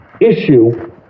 issue